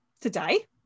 today